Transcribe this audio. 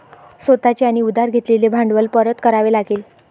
स्वतः चे आणि उधार घेतलेले भांडवल परत करावे लागेल